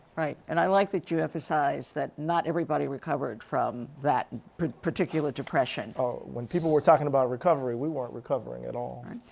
right. and i like that you emphasize that not everybody recovered from that particular depression. when people were talking about recovery we were not recovering at all.